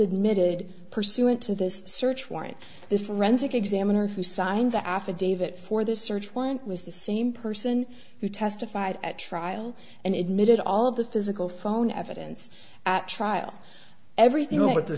admitted pursuant to this search warrant the forensic examiner who signed the affidavit for the search warrant was the same person who testified at trial and admitted all the physical phone evidence at trial everything at the